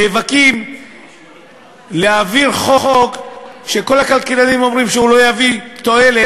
נאבקים להעביר חוק שכל הכלכלנים אומרים שהוא לא יביא תועלת,